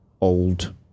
old